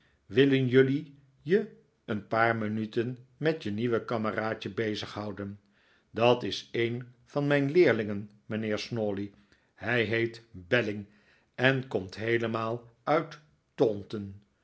willen jullie je een paar minuten met je nieuwe kameraadje bezighouden dat is een van mijn leerlingen mijnheer snawley hij heet belling en komt heelemaal uit